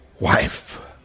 wife